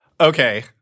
Okay